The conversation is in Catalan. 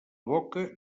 boca